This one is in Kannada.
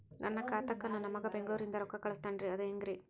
ನನ್ನ ಖಾತಾಕ್ಕ ನನ್ನ ಮಗಾ ಬೆಂಗಳೂರನಿಂದ ರೊಕ್ಕ ಕಳಸ್ತಾನ್ರಿ ಅದ ಹೆಂಗ್ರಿ?